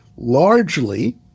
largely